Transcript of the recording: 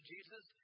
Jesus